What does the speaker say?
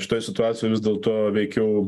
šitoj situacijoj vis dėlto veikiau